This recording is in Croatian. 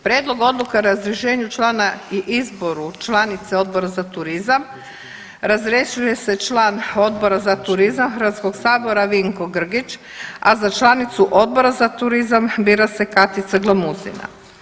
Prijedlog odluke o razrješenju člana i izboru članice Odbora za turizam razrješuje se član Odbora za turizam Hrvatskog sabora Vinko Grgić, a za članicu Odbora za turizam bira se Katica Glamuzina.